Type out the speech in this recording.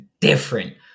different